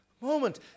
moment